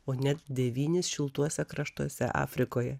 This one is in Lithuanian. o net devynis šiltuose kraštuose afrikoje